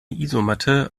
isomatte